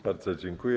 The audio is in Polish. Bardzo dziękuję.